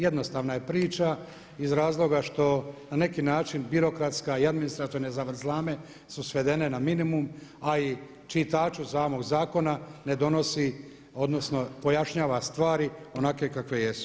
Jednostavna je priča iz razloga što na neki način birokratske i administrativne zavrzlame su svedene na minimum, a i čitaču samog zakona ne donosi odnosno pojašnjava stvari onakve kakve jesu.